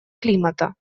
климата